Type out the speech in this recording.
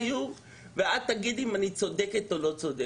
אני מוכנה לקחת אותך לסיור ואת תגידי האם אני צודקת או לא צודקת.